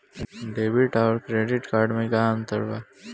Debit आउर credit card मे का अंतर बा?